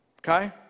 okay